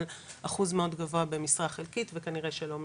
אבל אחוז מאוד גבוה במשרה חלקית וכנראה שלא מרצון.